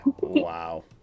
Wow